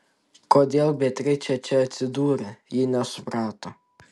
kodėl beatričė čia atsidūrė ji nesuprato